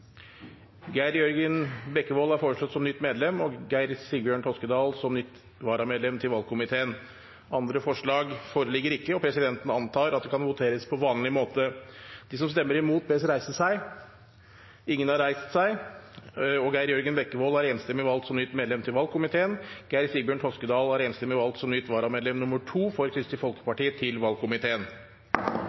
Geir Jørgen Bekkevold som nytt medlem og Geir Sigbjørn Toskedal som nytt varamedlem. Geir Jørgen Bekkevold er foreslått som nytt medlem og Geir Sigbjørn Toskedal som nytt varamedlem til valgkomiteen. Andre forslag foreligger ikke, og presidenten antar at det kan voteres på vanlig måte. De som stemmer imot, bes reise seg. Jeg tar ordet bare for en kort stemmeforklaring. I tråd med SVs prinsipp og tidligere forslag om lønnstak i staten og forvaltningen kommer SVs stortingsgruppe til